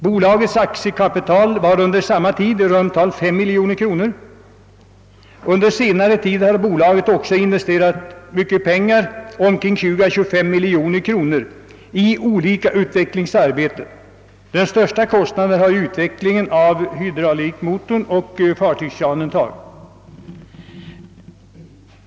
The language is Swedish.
Bolagets aktiekapital var under samma tid i runt tal 5 miljoner kronor. Under senare tid har bolaget också investerat mycket pengar — 20 å 25 miljoner kronor — i olika utvecklingsarbeten. Den största kostnaden har utvecklingen av hydraulikmotorn och fartygskranen tagit.